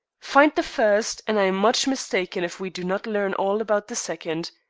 find the first, and i am much mistaken if we do not learn all about the second.